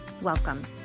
Welcome